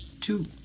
Two